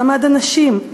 מעמד הנשים,